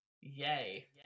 Yay